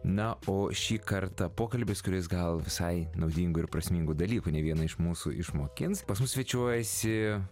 na o šį kartą pokalbis kuris gal visai naudingų ir prasmingų dalykų ne vieną iš mūsų išmokins pas mus svečiuojasi